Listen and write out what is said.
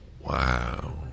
Wow